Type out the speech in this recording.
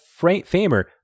Famer